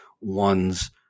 one's